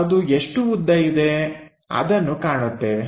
ಅದು ಎಷ್ಟು ಉದ್ದ ಇದೆ ಅದನ್ನು ಕಾಣುತ್ತೇವೆ